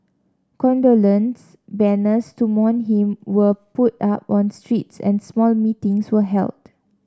condolence banners to mourn him were put up on streets and small meetings were held